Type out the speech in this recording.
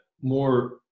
more